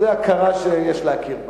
זאת הכרה שיש להכיר בה.